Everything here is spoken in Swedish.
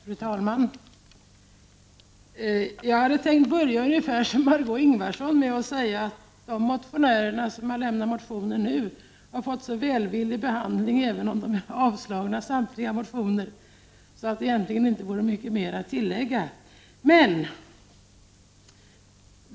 Fru talman! Jag hade tänkt börja mitt anförande ungefär som Margö Ingvardsson med att säga att även om samtliga motioner har avstyrkts har de fått en mycket välvillig behandling. Det finns egentligen inte mycket mera att tillägga .